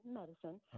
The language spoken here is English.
medicine